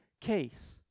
case